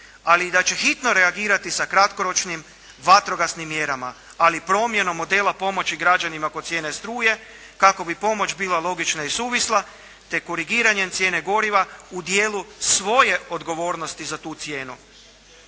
ali i da će hitno reagirati sa kratkoročnim vatrogasnim mjerama. Ali i promjenom modela pomoći građanima kod cijene struje kako bi pomoć bila logična i suvisla te korigiranjem cijene goriva u dijelu svoje odgovornosti za tu cijenu.